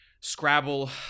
scrabble